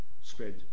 spread